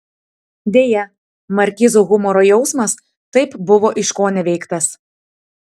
deja markizo humoro jausmas taip buvo iškoneveiktas